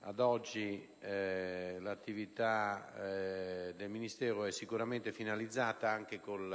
ad oggi l'attività del Ministero è sicuramente finalizzata, anche con